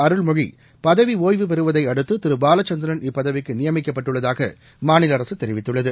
அருள்மொழி பதவி ஒய்வு பெறுவதை அடுத்து திரு பாலச்சந்திரன் இப்பதவிக்கு நியமிக்கப்பட்டுள்ளதாக மாநில அரசு தெரிவித்துள்ளது